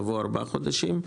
יבוא: ארבעה חודשים.